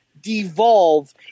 devolve